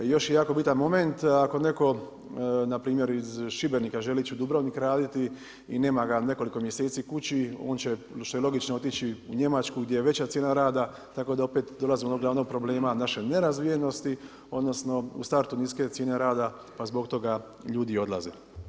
Još je jako bitan moment ako neko npr. iz Šibenika želi ići u Dubrovnik raditi i nema ga nekoliko mjeseci kući, on će što je logično otići u Njemačku gdje je veća cijena rada, tako da opet dolazimo do onog glavnog problema naše nerazvijenosti odnosno u startu niske cijene rada pa zbog toga ljudi i odlaze.